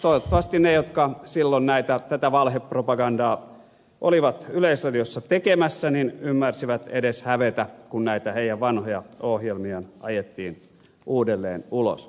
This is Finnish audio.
toivottavasti ne jotka silloin tätä valhepropagandaa olivat yleisradiossa tekemässä ymmärsivät edes hävetä kun näitä heidän vanhoja ohjelmiaan ajettiin uudelleen ulos